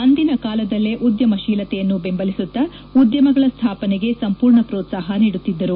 ಅಂದಿನ ಕಾಲದಲ್ಲೇ ಉದ್ಯಮಶೀಲತೆಯನ್ನು ಬೆಂಬಲಿಸುತ್ತಾ ಉದ್ಯಮಗಳ ಸ್ಥಾಪನೆಗೆ ಸಂಪೂರ್ಣ ಪ್ರೋತ್ವಾಪ ನೀಡುತ್ತಿದ್ದರು